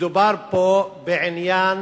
מודבר פה בעניין